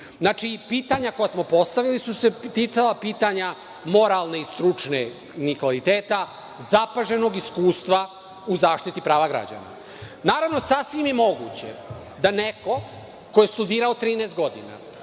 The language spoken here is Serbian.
interesuje. Pitanja koja smo postavili su se ticala pitanja moralnih i stručnih kvaliteta, zapaženog iskustva u zaštiti prava građana. Naravno, sasvim je moguće da neko ko je studirao 13 godina,